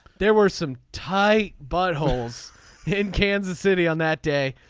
there were some tie but holes here in kansas city on that day.